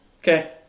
Okay